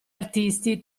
artisti